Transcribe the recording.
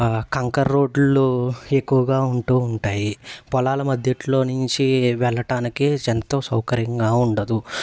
కంకర్ రోడ్లు ఎక్కువగా ఉంటూ ఉంటాయి పొలాల మధ్యలో నుంచి వెళ్లటానికి ఎంతో సౌకర్యంగా ఉండదు